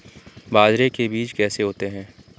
बाजरे के बीज कैसे होते हैं?